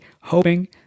hoping